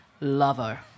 lover